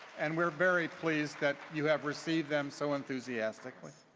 and we're very pleased that you have received them so enthusiastically.